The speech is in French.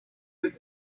deux